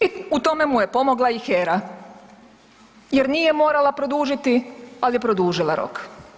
I u tome mu je pomogla i HERA jer nije morala produžiti, al je produžila rok.